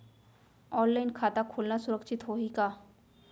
Online खाता खोलना सुरक्षित होही का?